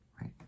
right